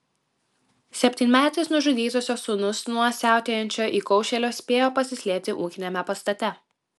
septynmetis nužudytosios sūnus nuo siautėjančio įkaušėlio spėjo pasislėpti ūkiniame pastate